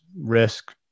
risk